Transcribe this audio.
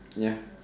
ya